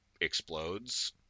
explodes